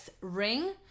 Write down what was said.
ring